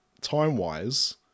time-wise